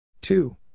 Two